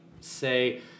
say